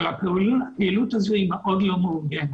אבל הפעילות הזו היא מאוד לא מאורגנת.